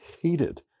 hated